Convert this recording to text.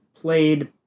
played